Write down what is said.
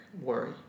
worry